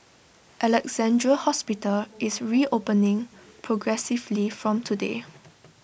Alexandra hospital is reopening progressively from today